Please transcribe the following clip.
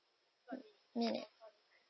minute